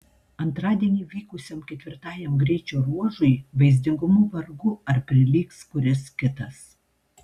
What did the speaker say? antradienį vykusiam ketvirtajam greičio ruožui vaizdingumu vargu ar prilygs kuris kitas